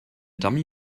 dummy